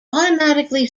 automatically